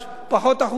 פחות אחוזים,